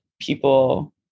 people